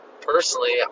Personally